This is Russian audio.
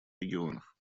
регионов